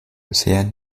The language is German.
bisher